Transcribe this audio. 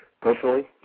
Personally